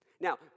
Now